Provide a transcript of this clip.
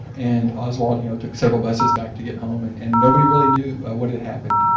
and oswald you know took several buses back to get home. and and nobody really knew what had happened.